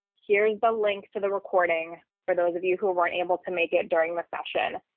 here's the link to the recording for those of you who weren't able to make it during the session,